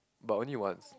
but only once